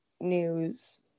News